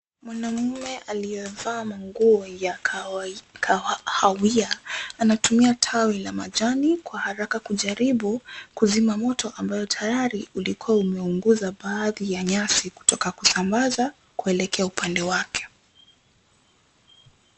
Mwanamume aliyevaa manguo ya kahawia anatumia tawi la majani kwa haraka kujaribu kuzima moto ambao tayari ulikuwa umeunguza baadhi ya nyasi kutoka kusambaza kuelekea upande wake.